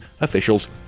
officials